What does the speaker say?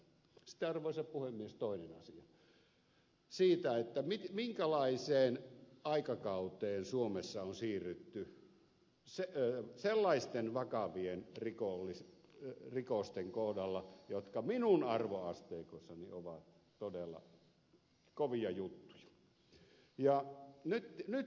sitten arvoisa puhemies toinen asia siitä minkälaiseen aikakauteen suomessa on siirrytty sellaisten vakavien rikosten kohdalla jotka minun arvoasteikossani ovat todella kovia juttuja